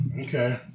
Okay